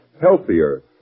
healthier